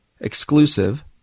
exclusive